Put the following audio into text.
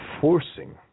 forcing